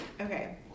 Okay